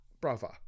Brava